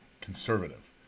conservative